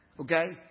okay